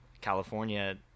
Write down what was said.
California